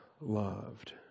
loved